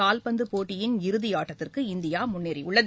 கால்பந்துப் போட்டியின் இறுதியாட்டத்திற்கு இந்தியா முன்னேறியுள்ளது